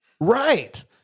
Right